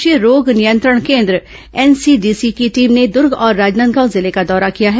राष्ट्रीय रोग नियंत्रण केन्द्र एनसीडीसी की टीम ने दूर्ग और राजनांदगांव जिले का दौरा किया है